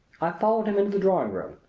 i followed him into the drawing-room,